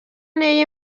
n’iyo